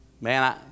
Man